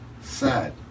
sad